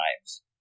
times